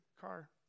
car